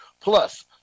Plus